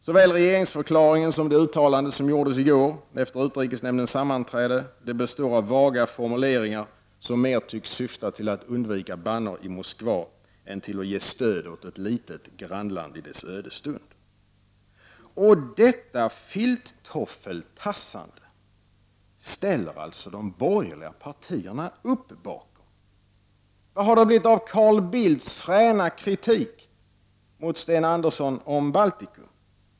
Såväl regeringsförklaringen som det uttalande som gjordes i går efter utrikesnämndens sammanträde består av vaga formuleringar som mer tycks syfta till att undvika bannor från Moskva än till att ge stöd åt ett litet grannland i dess ödesstund. Och detta filttoffeltassande ställer alltså de borgerliga partierna upp bakom! Vad har det blivit av Carl Bildts fräna kritik mot Sten Andersson om Baltikum?